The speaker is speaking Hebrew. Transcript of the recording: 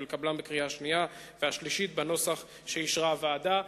ולקבלם בקריאה שנייה ובקריאה שלישית בנוסח שאישרה הוועדה.